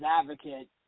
advocate